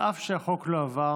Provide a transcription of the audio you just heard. אף שהחוק לא עבר,